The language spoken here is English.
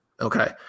okay